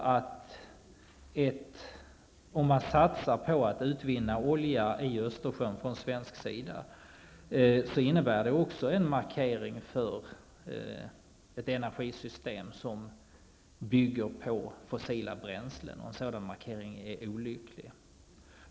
Om man från svensk sida skall satsa på att utvinna olja ur Östersjön innebär detta också en markering för ett energisystem som bygger på fossila bränslen. En sådan markering är olycklig.